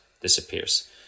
disappears